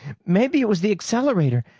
maybe it was the accelerator.